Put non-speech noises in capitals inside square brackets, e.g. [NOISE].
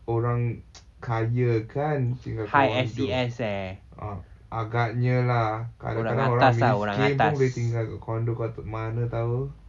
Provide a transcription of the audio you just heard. orang [NOISE] kaya kan tinggal condo ah agaknya lah kadang-kadang orang miskin pun boleh tinggal kat condo kau tak mana tahu